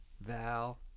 Val